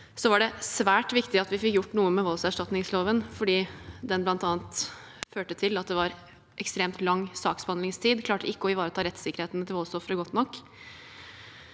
det svært viktig at vi fikk gjort noe med voldserstatningsloven fordi den bl.a. førte til at det var ekstremt lang saksbehandlingstid, og den klarte ikke å ivareta rettssikkerheten til voldsofre godt nok.